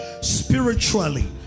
spiritually